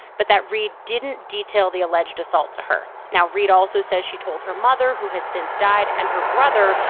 but that reade didn't detail the alleged assault to her. now reade also says she told her mother, who has since died, and her brother,